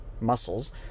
muscles